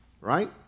Right